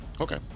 Okay